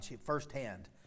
firsthand